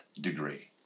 degree